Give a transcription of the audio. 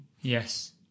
yes